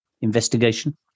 investigation